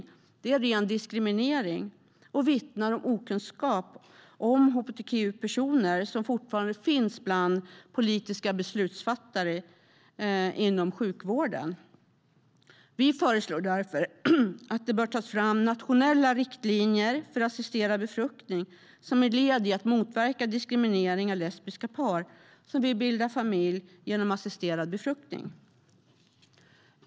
Detta är ren diskriminering och vittnar om den okunskap om hbtq-personer som fortfarande finns bland politiska beslutsfattare och inom sjukvården. Vi föreslår därför att det tas fram nationella riktlinjer för assisterad befruktning som ett led i att motverka diskriminering av lesbiska par som vill bilda familj genom assisterad befruktning.